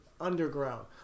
underground